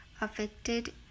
affected